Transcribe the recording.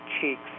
cheeks